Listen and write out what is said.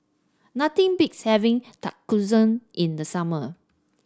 nothing beats having Tonkatsu in the summer